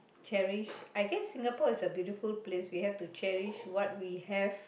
cherish I guess Singapore is a beautiful place we have to cherish what we have